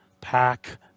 Pack